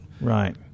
right